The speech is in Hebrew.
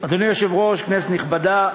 היושב-ראש, כנסת נכבדה,